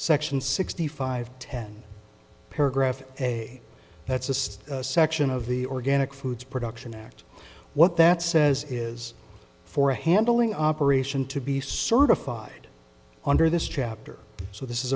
section sixty five ten paragraph a that's the section of the organic foods production act what that says is for a handling operation to be certified under this chapter so this is